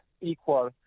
equal